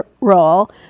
role